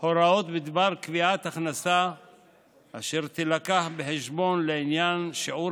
הוראות בדבר קביעת הכנסה אשר תובא בחשבון לעניין שיעור